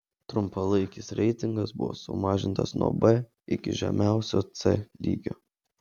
trumpalaikis reitingas buvo sumažintas nuo b iki žemiausio c lygio